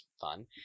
fun